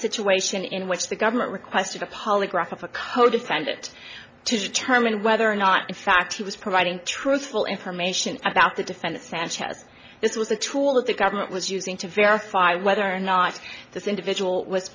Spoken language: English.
situation in which the government requested a polygraph a codefendant to determine whether or not in fact he was providing truthful information about the defendant sanchez this was a tool that the government was using to verify whether or not this individual w